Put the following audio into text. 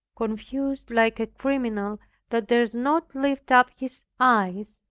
confused like a criminal that dares not lift up his eyes,